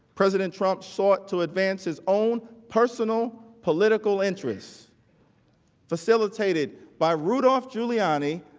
president trump sought to advance his own personal political interests facilitated by rudolph giuliani,